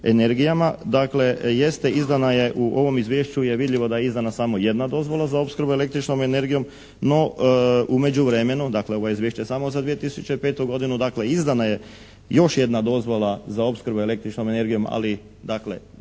energijama. Jeste izdana je i u ovom izvješću je vidljivo da je izdana samo jedna dozvola za opskrbu električnom energijom no u međuvremenu ovo izvješće je samo za 2005. godinu. Izdana je još jedna dozvola za opskrbu električnom energijom ali